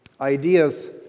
Ideas